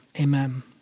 amen